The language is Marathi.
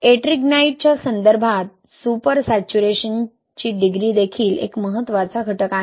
Ettringite च्या संदर्भात सुपर सॅच्युरेशनची डिग्री देखील एक महत्त्वाचा घटक आहे